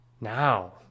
Now